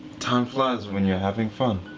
time flies when you're having fun.